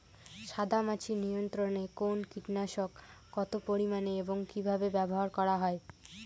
সাদামাছি নিয়ন্ত্রণে কোন কীটনাশক কত পরিমাণে এবং কীভাবে ব্যবহার করা হয়?